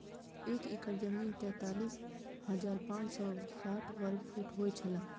एक एकड़ जमीन तैंतालीस हजार पांच सौ साठ वर्ग फुट होय छला